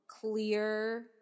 clear